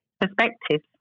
perspectives